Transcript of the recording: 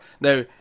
Now